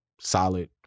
solid